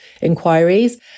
inquiries